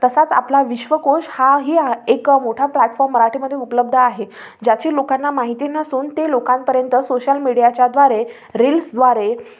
तसाच आपला विश्वकोश हा ही हा एक मोठा प्लॅटफॉम मराठीमध्ये उपलब्ध आहे ज्याची लोकांना माहिती नसून ते लोकांपर्यंत सोशल मीडियाच्या द्वारे रील्सद्वारे